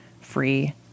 free